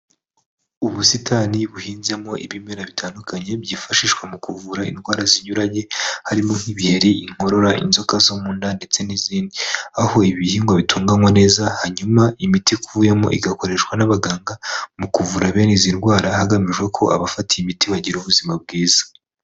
Ubusitani buhinzemo ibimera bitandukanye byifashishwa mu kuvura indwara zinyuranye harimo nk'ibiheri, inkorora, inzoka zo mu nda ndetse n'izindi aho ibihingwa bitunganywa neza hanyuma imiti ikuwemo igakoreshwa n'abaganga mu kuvura bene izi ndwara hagamijwe ko abafatati imiti bagira ubuzima bwiza.